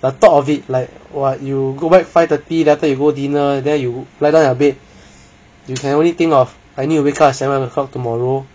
the thought of it like !wah! you go back five thirty then after that you go dinner then you lie down your bed you can only think of I need to wake up at seven o'clock tomorrow